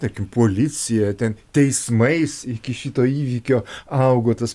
tarkim policija ten teismais iki šito įvykio augo tas